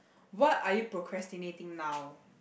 what are you procrastinating now